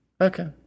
Okay